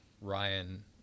Ryan